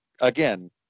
again